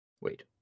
wait